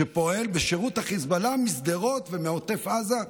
שפועל בשירות החיזבאללה משדרות ומעוטף עזה.